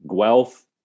Guelph